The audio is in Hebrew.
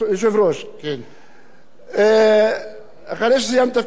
אחרי שסיימתי את תפקידי כראש עיר יש ציבור שרצה לשלוח אותי לכנסת,